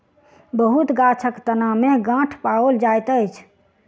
बहुत गाछक तना में गांठ पाओल जाइत अछि